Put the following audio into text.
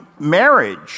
marriage